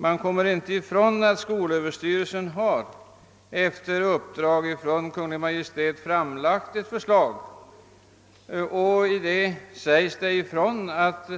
Man kommer inte ifrån att skolöverstyrelsen efter uppdrag från Kungl Maj:t har framlagt ett förslag, där det sägs ifrån att